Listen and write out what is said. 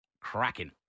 cracking